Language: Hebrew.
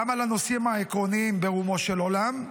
גם על הנושאים העקרוניים ברומו של עולם,